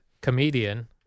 comedian